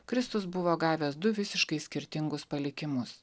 kristus buvo gavęs du visiškai skirtingus palikimus